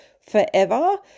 forever